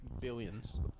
billions